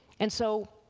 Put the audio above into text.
and so,